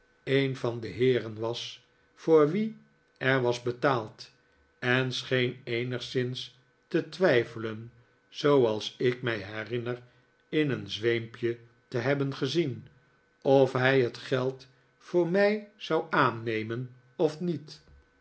een van de heeren was voor wie er was betaald en scheen eenigszins te twijfelen zooals ik mij herinner in een zweempje te hebben gezien of hij het geld voor mij zou aannemen of niet